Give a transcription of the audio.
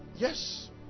yes